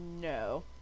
No